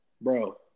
bro